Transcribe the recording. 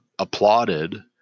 Applauded